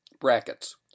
Brackets